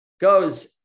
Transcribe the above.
goes